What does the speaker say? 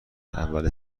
اول